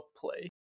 play